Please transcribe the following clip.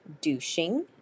douching